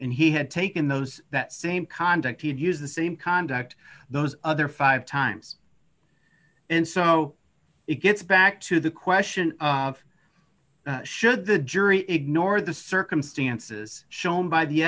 and he had taken those that same conduct to use the same conduct those other five times in so it gets back to the question of should the jury ignore the circumstances shown by the